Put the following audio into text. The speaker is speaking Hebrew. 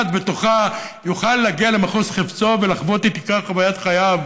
בתוכה יוכל להגיע למחוז חפצו ולחוות את עיקר חוויית חייו